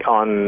on